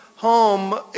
home